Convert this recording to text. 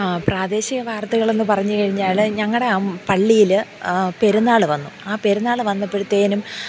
പ്രാദേശിക വാർത്തകളെന്ന് പറഞ്ഞു കഴിഞ്ഞാൽ ഞങ്ങളുടെ പള്ളിയിൽ പെരുന്നാൾ വന്നു ആ പെരുന്നാൾ വന്നപ്പോഴത്തേക്കും